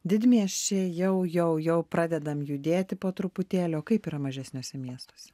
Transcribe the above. didmiesčiai jau jau jau pradedam judėti po truputėlį o kaip yra mažesniuose miestuose